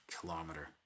kilometer